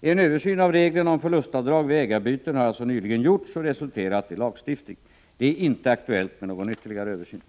En översyn av reglerna om förlustavdrag vid ägarbyten har alltså nyligen gjorts och resulterat i lagstiftning. Det är inte aktuellt med någon ytterligare översyn.